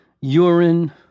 urine